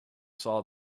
saw